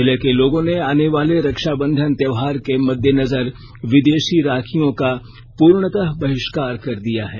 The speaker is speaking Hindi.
जिले के लोगों ने आने वाले रक्षाबंधन त्यौहार के मद्देनजर विदेशी राखियों का पुर्णतः बहिष्कार कर दिया है